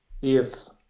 Yes